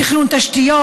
תכנון תשתיות,